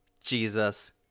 jesus